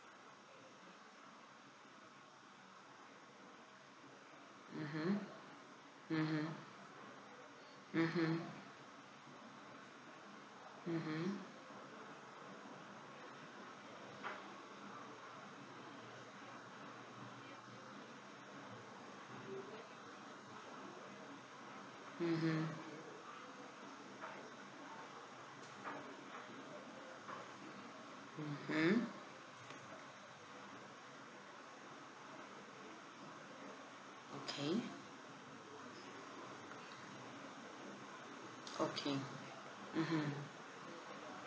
mmhmm mmhmm mmhmm mmhmm mmhmm mmhmm okay okay mmhmm